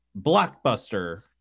blockbuster